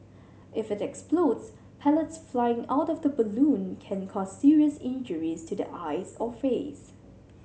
if it explodes pellets flying out of the balloon can cause serious injuries to the eyes or face